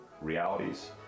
realities